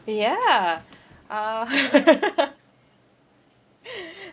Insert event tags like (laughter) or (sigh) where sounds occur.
yeah uh (laughs)